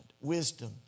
wisdom